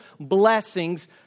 blessings